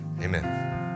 amen